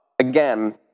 again